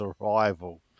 arrival